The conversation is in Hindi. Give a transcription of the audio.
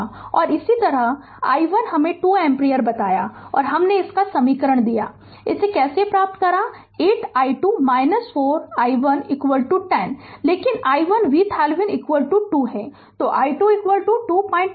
Refer Slide Time 3550 और इसी तरह i1 हमे 2 एम्पीयर बताया और हमने इसका समीकरण दिया कि इसे कैसे प्राप्त करें 8 i2 4 i1 10 लेकिन i1 VThevenin 2 तो i2 225 एम्पीयर मिलेगा